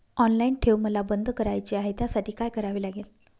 Online ठेव मला बंद करायची आहे, त्यासाठी काय करावे लागेल?